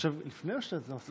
חישבת לפני או שאתה עושה את זה,